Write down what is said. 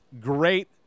Great